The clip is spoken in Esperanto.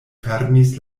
fermis